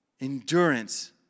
endurance